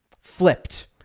flipped